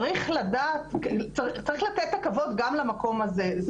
צריך לתת את הכבוד גם למקום הזה.